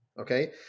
okay